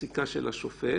הפסיקה של השופט,